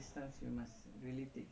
ah